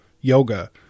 yoga